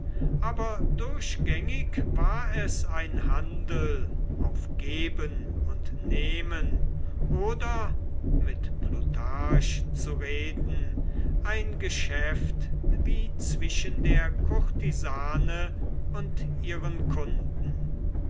aber durchgängig war es ein handel auf geben und nehmen oder mit plutarch zu reden ein geschäft wie zwischen der kurtisane und ihren kunden